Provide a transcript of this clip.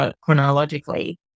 chronologically